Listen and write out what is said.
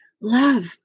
love